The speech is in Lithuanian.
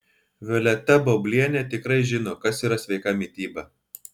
violeta baublienė tikrai žino kas yra sveika mityba